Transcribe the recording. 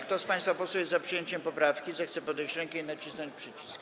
Kto z państwa posłów jest za przyjęciem poprawki, zechce podnieść rękę i nacisnąć przycisk.